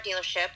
dealership